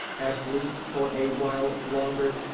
at least for a while longer.